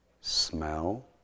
smell